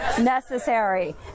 Necessary